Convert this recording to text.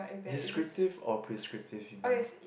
descriptive or prescriptive you mean